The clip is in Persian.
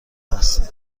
هستید